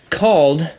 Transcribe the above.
called